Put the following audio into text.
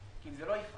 כי אם זה לא יכאב,